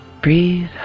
Breathe